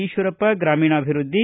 Eshwarappa ಗ್ರಮೀಣಾಭಿವೃದ್ಧಿ